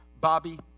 Bobby